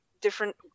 different